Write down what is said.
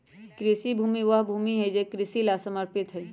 कृषि भूमि वह भूमि हई जो कृषि ला समर्पित हई